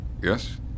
Yes